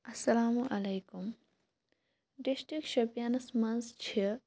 اسلامُ علیکُم ڈِسٹرک شُپیَنَس مَنٛز چھِ